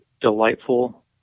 delightful